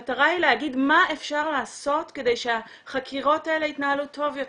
המטרה היא להגיד מה אפשר לעשות כדי שהחקירות האלה יתנהלו טוב יותר,